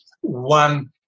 One